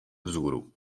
vzhůru